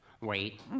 wait